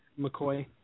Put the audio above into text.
McCoy